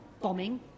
bombing